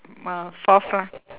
uh fourth lah